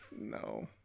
no